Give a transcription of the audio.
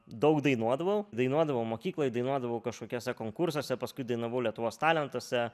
daug dainuodavau dainuodavau mokykloj dainuodavau kažkokiuose konkursuose paskui dainavau lietuvos talentuose